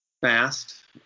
fast